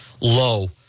low